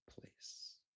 place